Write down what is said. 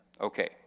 Okay